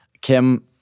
Kim